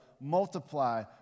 multiply